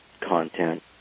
content